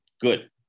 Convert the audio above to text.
good